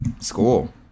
School